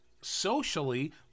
socially